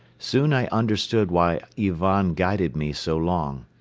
soon i understood why ivan guided me so long.